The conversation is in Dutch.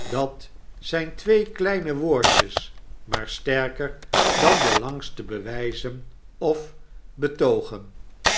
dat zyn twee kleine woordjes maar sterker dan de langste bewyzen of betoogen